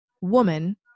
woman